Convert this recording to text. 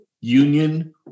union